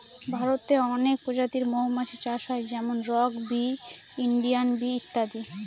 ভারতে অনেক প্রজাতির মৌমাছি চাষ হয় যেমন রক বি, ইন্ডিয়ান বি ইত্যাদি